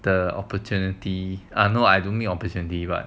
the opportunity ah no I don't mean opportunity right